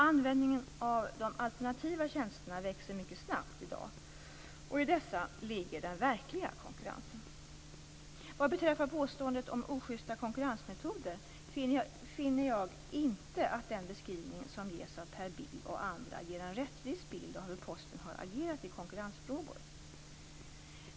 Användningen av de alternativa tjänsterna växer mycket snabbt i dag och i dessa ligger den verkliga konkurrensen. Vad beträffar påståendet om "ojusta konkurrensmetoder" finner jag inte att den beskrivning som ges av Per Bill och andra ger en rättvis bild av hur Posten har agerat i konkurrensfrågor.